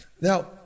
Now